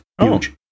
huge